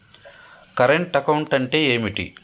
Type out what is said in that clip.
Current account అంటే ఏంటిది?